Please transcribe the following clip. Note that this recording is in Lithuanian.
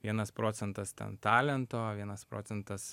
vienas procentas ten talento vienas procentas